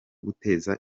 guteza